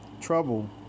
trouble